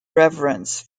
reverence